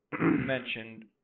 mentioned